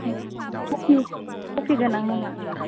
कफिगोनां नामा